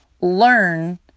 learn